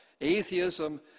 Atheism